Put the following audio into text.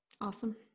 Awesome